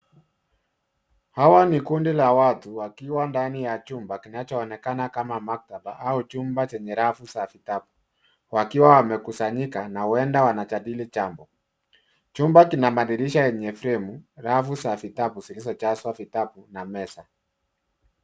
Hawa ni kundi la watu wakiwa ndani ya chumba kinachoonekana kama maktaba au chumba chenye rafu za vitabu wakiwa wamekusanyika na huenda wanajadili jambo. Chumba kina madirisha yenye fremu, rafu za vitabu zilizojazwa vitabu na meza.